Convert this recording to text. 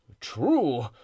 true